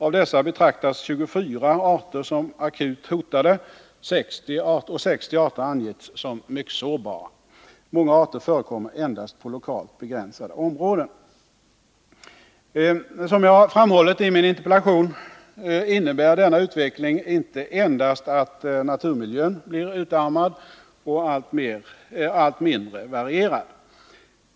Av dessa betraktas 24 arter som akut hotade och 60 arter har angetts som mycket sårbara. Många arter förekommer endast på lokalt begränsade områden. Som jag framhållit i min interpellation betyder denna utveckling inte endast att naturmiljön blir utarmad och allt mindre varierad.